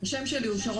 זה כלל